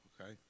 Okay